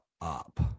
up